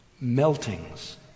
meltings